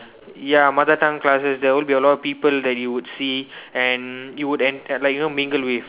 ya mother tongue classes there would be a lot of people that you would see and you would and you like know like mingle with